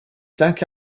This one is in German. danke